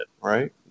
right